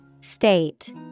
State